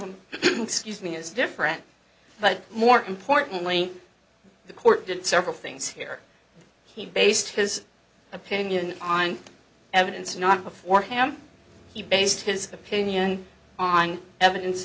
them excuse me is different but more importantly the court did several things here he based his opinion on evidence not before him he based his opinion on evidence